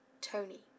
tony